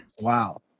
Wow